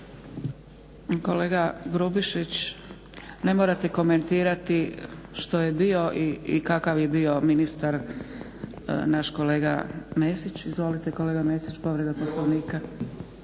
Kolega Grubišić, ne morate komentirati što je bio i kakav je bio ministar naš kolega Mesić. Izvolite kolega Mesić, povreda Poslovnika.